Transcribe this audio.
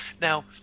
now